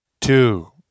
two